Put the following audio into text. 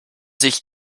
sich